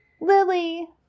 Lily